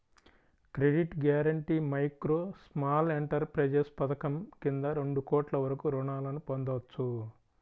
credit guarantee micro, small enterprises పథకం కింద రెండు కోట్ల వరకు రుణాలను పొందొచ్చు